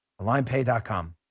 AlignPay.com